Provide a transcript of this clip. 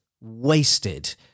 wasted